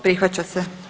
Prihvaća se.